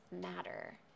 matter